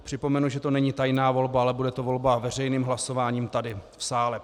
Připomenu, že to není tajná volba, ale bude to volba veřejným hlasováním tady v sále.